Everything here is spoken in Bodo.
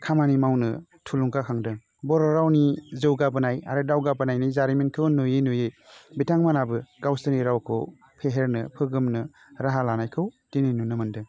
खामानि मावनो थुलुंगाखांदों बर' रावनि जौगाबोनाय आरो दावगाबोनायनि जारिमिनखौ नुयै नुयै बिथांमोनहाबो गावसोरनि रावखौ फेहेरनो फोहोमनो राहा लानायखौ दिनै नुनो मोनदों